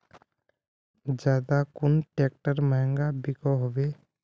ज्यादा कुन ट्रैक्टर महंगा बिको होबे?